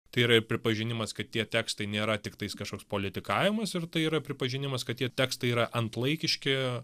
tai yra ir pripažinimas kad tie tekstai nėra tiktais kažkoks politikavimas ir tai yra pripažinimas kad tie tekstai yra antlaikiški